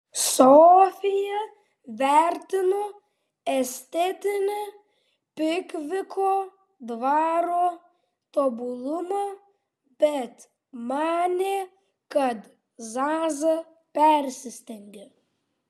sofija vertino estetinį pikviko dvaro tobulumą bet manė kad zaza persistengia